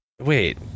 Wait